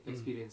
mm